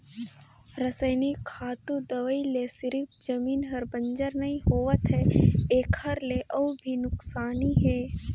रसइनिक खातू, दवई ले सिरिफ जमीन हर बंजर नइ होवत है एखर ले अउ भी नुकसानी हे